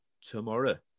tomorrow